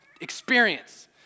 experience